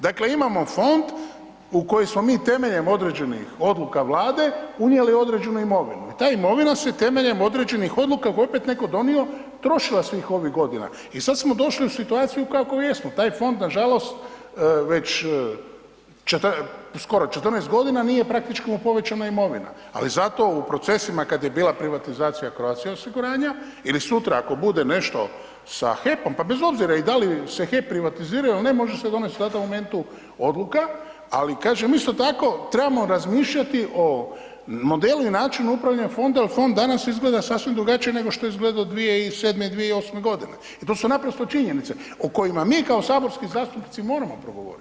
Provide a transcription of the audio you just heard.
Dakle, imamo fond u koji smo mi temeljem određenih odluka Vlade unijeli određenu imovinu i ta imovina se temeljem određenih odluka, koje je opet neko donio, trošila svih ovih godina i sad smo došli u situaciju u kakvoj jesmo, taj fond nažalost već, skoro 14.g. nije praktički mu povećana imovina, ali zato u procesima kad je bila privatizacija Croatia osiguranja ili sutra ako bude nešto sa HEP-om, pa bez obzira i da li se HEP privatizirao ili ne, može se donest u datom momentu odluka, ali kažem isto tako trebamo razmišljati o modelu i načinu upravljanja fonda jer fond danas izgleda sasvim drugačije nego što je izgledao 2007. i 2008.g. i to su naprosto činjenice o kojima mi kao saborski zastupnici moramo progovorit.